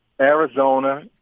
Arizona